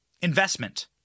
investment